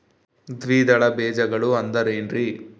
ದ್ವಿದಳ ಬೇಜಗಳು ಅಂದರೇನ್ರಿ?